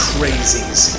Crazies